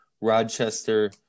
Rochester